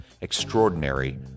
Extraordinary